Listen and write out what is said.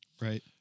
Right